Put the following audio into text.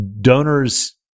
donors